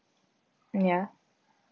ya